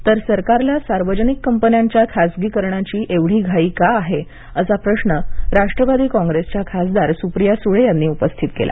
तर सरकारला सार्वजनिक कंपन्यांच्या खासगीकरणाची एवढी घाई का आहे असा प्रश्न राष्ट्रवादी कॉंग्रेसच्या खासदार सुप्रिया सुळे यांनी उपस्थित केला